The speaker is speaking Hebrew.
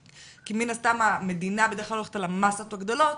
מן הסתם המדינה בדרך כלל הולכת על המסות הגדולות.